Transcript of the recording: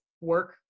work